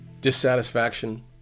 Dissatisfaction